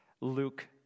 Luke